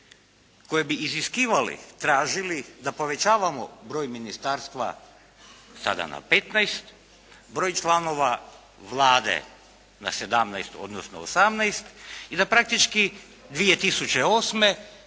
koji bi iziskivali, tražili da povećavamo broj ministarstva sada na 15, broj članova Vlade na 17 odnosno 18 i da praktički 2008.